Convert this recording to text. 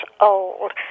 old